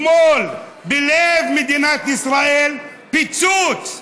בלב מדינת ישראל, פיצוץ.